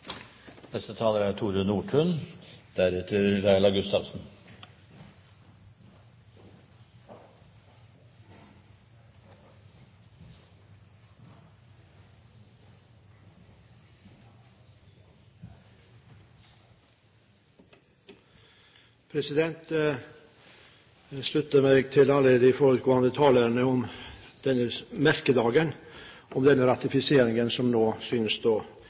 Jeg slutter meg til alle de foregående talerne når det gjelder denne merkedagen og denne ratifiseringen som nå synes å